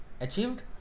achieved